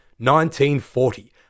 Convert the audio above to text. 1940